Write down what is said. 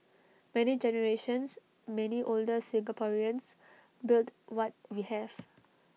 many generations many older Singaporeans built what we have